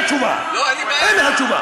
לא, אין לי בעיה עם זה.